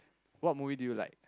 what movie do you like